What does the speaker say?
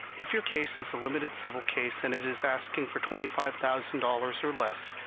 if your case is a limited civil case, and it is asking for twenty five thousand dollars or less,